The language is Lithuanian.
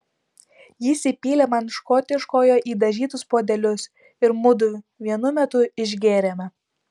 jis įpylė man škotiškojo į dažytus puodelius ir mudu vienu metu išgėrėme